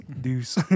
deuce